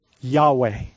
Yahweh